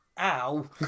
ow